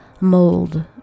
mold